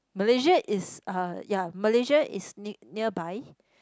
Malaysia is uh ya Malaysia is nea~ nearby